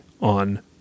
on